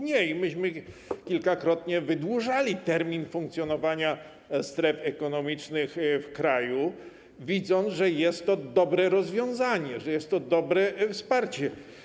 Nie - myśmy kilkakrotnie wydłużali termin funkcjonowania stref ekonomicznych w kraju, widząc, że jest to dobre rozwiązanie, że jest to dobre wsparcie.